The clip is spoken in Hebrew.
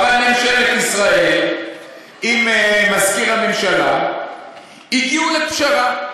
אבל ממשלת ישראל עם מזכיר הממשלה הגיעו לפשרה,